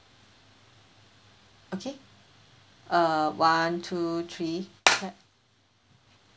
okay uh one two three